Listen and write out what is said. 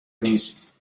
نیست